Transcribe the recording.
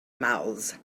mouths